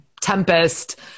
tempest